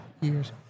years